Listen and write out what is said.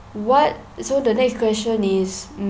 what so the next question is mm